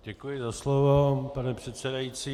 Děkuji za slovo, pane předsedající.